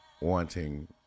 wanting